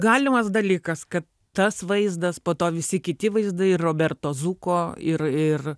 galimas dalykas kad tas vaizdas po to visi kiti vaizdai ir roberto zuko ir ir